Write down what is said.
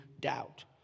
doubt